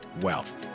wealth